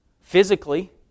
physically